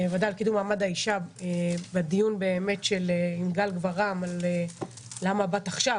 מהוועדה לקידום מעמד האישה בדיון עם גל גברעם על למה באת עכשיו